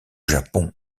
japon